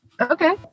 Okay